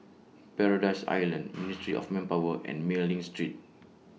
Paradise Island Ministry of Manpower and Mei Ling Street